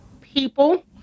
people